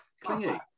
Clingy